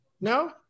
No